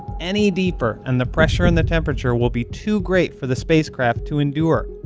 any deeper and the pressure and the temperature will be too great for the spacecraft to endure.